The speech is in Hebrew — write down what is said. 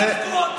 שוב דפקו אותי,